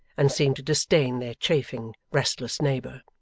and seemed to disdain their chafing, restless neighbour.